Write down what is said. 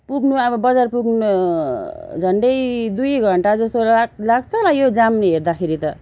पुग्नु अब बजार पुग्नु झन्डै दुई घन्टा जस्तो लाक् लाग्छ होला यो जाम हेर्दाखेरि त